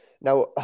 Now